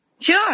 Sure